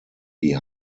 die